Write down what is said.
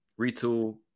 retool